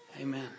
Amen